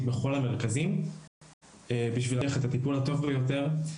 בכל המרכזים בשביל להבטיח את הטיפול הטוב ביותר.